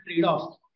trade-offs